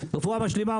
רפואה משלימה,